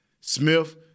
Smith